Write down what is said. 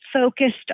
focused